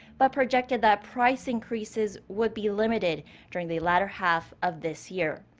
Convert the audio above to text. but projected that price increases would be limited during the latter half of this year.